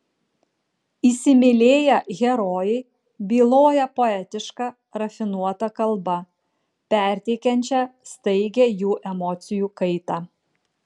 įsimylėję herojai byloja poetiška rafinuota kalba perteikiančia staigią jų emocijų kaitą